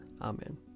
Amen